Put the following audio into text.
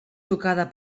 tocada